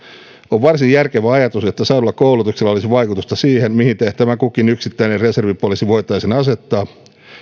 on varsin järkevä ajatus että saadulla koulutusta olisi vaikutusta siihen mihin tehtävään kukin yksittäinen reservipoliisi voitaisiin asettaa